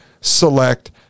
select